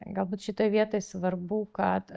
galbūt šitoj vietoj svarbu kad